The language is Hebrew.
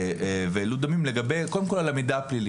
על המידע הפלילי.